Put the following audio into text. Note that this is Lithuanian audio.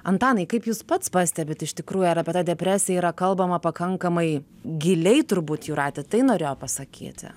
antanai kaip jūs pats pastebit iš tikrųjų ar apie tą depresiją yra kalbama pakankamai giliai turbūt jūratė tai norėjo pasakyti